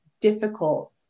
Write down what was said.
difficult